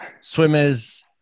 swimmers